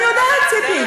אני יודעת, ציפי.